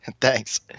Thanks